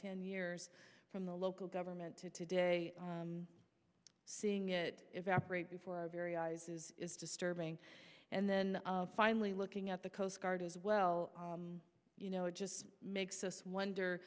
ten years from the local government to today seeing it evaporate before our very eyes is disturbing and then finally looking at the coast guard as well you know it just makes us wonder